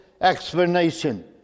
explanation